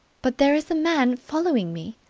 but there is a man following me!